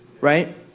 right